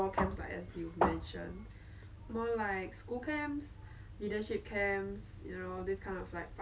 so okay that whole day I didn't eat luckily at night they gave me this like the you know the sunshine bread in that packet